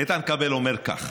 איתן כבל אומר כך: